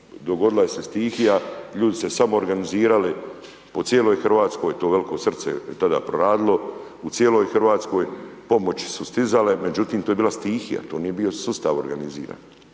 dogodila se stihija, ljudi se samoorganizirali po cijeloj Hrvatskoj, to velko srce je tada proradilo u cijeloj Hrvatskoj pomoći su stizale, međutim to je bila stihija to nije bio sustav organiziran.